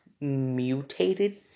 mutated